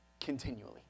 continually